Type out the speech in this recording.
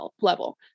level